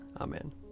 Amen